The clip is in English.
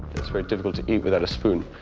it's very difficult to eat without a spoon.